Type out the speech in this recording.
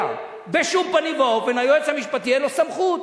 שבשום פנים ואופן ליועץ המשפטי אין סמכות.